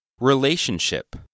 Relationship